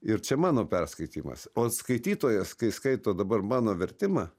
ir čia mano perskaitymas o skaitytojas kai skaito dabar mano vertimą